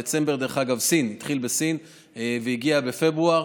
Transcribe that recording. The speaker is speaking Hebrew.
בדצמבר זה התחיל בסין והגיע בפברואר,